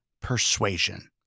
persuasion